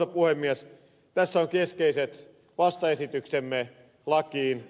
tässä ovat keskeiset vastaesityksemme lakiin